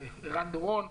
לערן דורון.